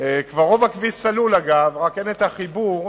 אגב, רוב הכביש כבר סלול, ורק אין חיבור.